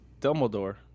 Dumbledore